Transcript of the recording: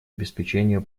обеспечению